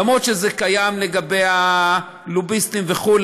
למרות שזה קיים לגבי הלוביסטים וכו',